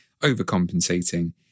overcompensating